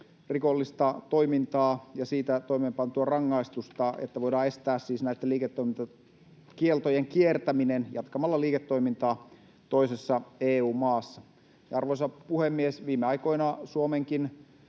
rikollista toimintaa ja siitä toimeenpantua rangaistusta, että voidaan estää siis näitten liiketoimintakieltojen kiertäminen jatkamalla liiketoimintaa toisessa EU-maassa. Arvoisa puhemies! Viime aikoina Suomenkin